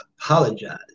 Apologize